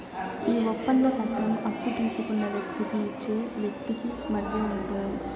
ఈ ఒప్పంద పత్రం అప్పు తీసుకున్న వ్యక్తికి ఇచ్చే వ్యక్తికి మధ్య ఉంటుంది